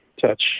touch